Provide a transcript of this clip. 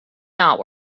not